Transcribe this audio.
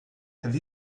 have